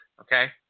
Okay